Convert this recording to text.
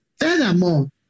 Furthermore